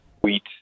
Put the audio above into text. wheat